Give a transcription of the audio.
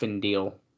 deal